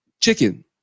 chicken